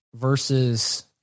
versus